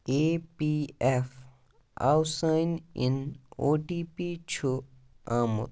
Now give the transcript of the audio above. A P F آو سٲنٛۍ اِن او ٹی پی چھُ آمُت